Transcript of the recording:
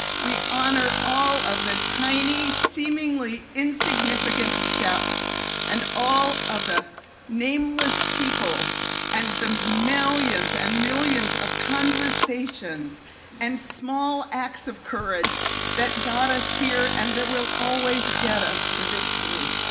we honor all of the tiny, seemingly insignificant steps and all of the nameless people and the millions and millions of conversations and small acts of courage that got us here and that will always get us to victory.